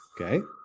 Okay